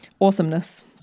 awesomeness